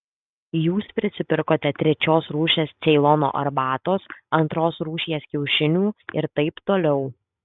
jūs prisipirkote trečios rūšies ceilono arbatos antros rūšies kiaušinių ir taip toliau